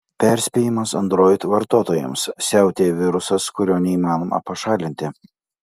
perspėjimas android vartotojams siautėja virusas kurio neįmanoma pašalinti